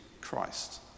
Christ